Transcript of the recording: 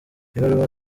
ibaruwa